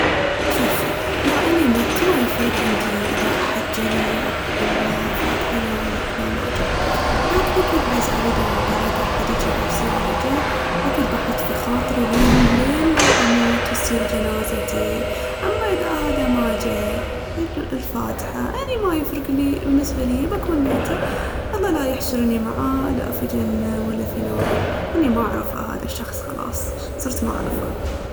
جوفوا، اذا اني متّ ما يفرق عندي اذا أحد جا ليي الفاتحة لو ما جا. لكن أكيد بزعل اذا بغيت أحد يجي عرسي ولا جا، وأكيد بحط في خاطري لين ما أموت وتصير جنازتي. أما اذا هاذا ما جا الفاتحة، أني ما يفرق ليي- بالنسبة ليي، بكون ميتة. الله لا يحشرني معاه لا في جنة ولا في نار، أني ما أعرفه هاذا الشخص خلاص، صرت ما أعرفه.